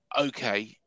okay